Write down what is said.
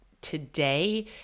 today